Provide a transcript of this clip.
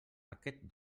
aquests